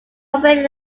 operated